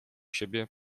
siebie